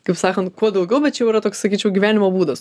kaip sakan kuo daugiau bet čia jau yra toks sakyčiau gyvenimo būdas